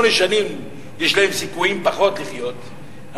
כשיש להם סיכויים לחיות שמונה שנים פחות,